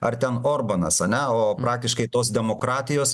ar ten orbanas ane o praktiškai tos demokratijos